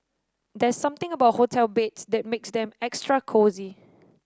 there's something about hotel beds that makes them extra cosy